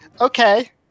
Okay